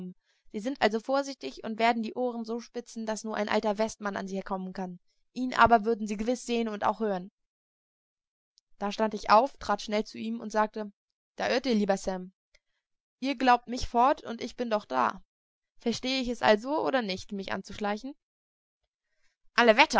sie sind also vorsichtig und werden die ohren so spitzen daß nur ein alter westmann an sie kommen kann ihn aber würden sie gewiß sehen und auch hören da stand ich auf trat schnell zu ihm und sagte da irrt ihr lieber sam ihr glaubt mich fort und ich bin doch da verstehe ich es also oder nicht mich anzuschleichen alle wetter